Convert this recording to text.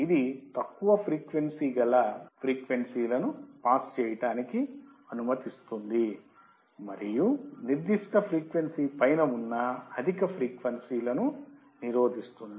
ఇది తక్కువ విలువ ఫ్రీక్వెన్సీ గల లను పాస్ చేయటానికి అనుమతిస్తుంది మరియు మరియు నిర్దిష్ట ఫ్రీక్వెన్సీ పైన ఉన్న అధిక ఫ్రీక్వెన్సీలను నిరోధిస్తుంది